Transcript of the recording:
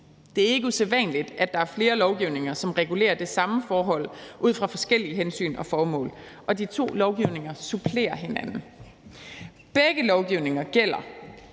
Det er ikke usædvanligt, at der er flere lovgivninger, som regulerer det samme forhold ud fra forskellige hensyn og formål, og de to lovgivninger supplerer hinanden. Begge lovgivninger gælder,